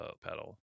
pedal